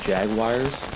Jaguars